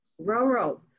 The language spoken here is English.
Roro